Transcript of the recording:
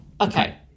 okay